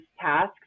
tasks